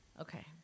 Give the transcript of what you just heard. Okay